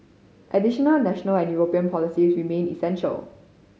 additional national and European policies remain essential